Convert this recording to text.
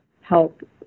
help